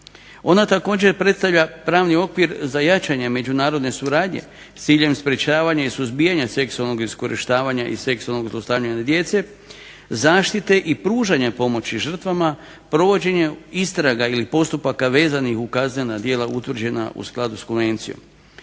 Ona također predstavlja pravni okvir za jačanje međunarodne suradnje, s ciljem sprečavanja i suzbijanja seksualnog iskorištavanja i seksualnog zlostavljanja djece zaštite i pružanja zaštite žrtvama, provođenje istraga ili postupaka vezanih uz kaznena djela utvrđena u skladu s konvencijom.